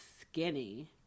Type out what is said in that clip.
skinny